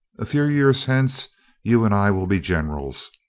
a few years hence you and i will be generals,